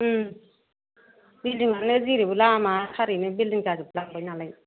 उम बिलडिंआनो जेरैबो लामासारैनो बिलडिं जाजोबथारबाय नालाय